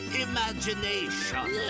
Imagination